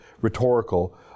rhetorical